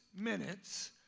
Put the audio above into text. minutes